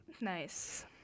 Nice